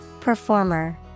Performer